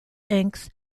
inks